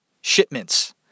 shipments